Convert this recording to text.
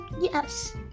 yes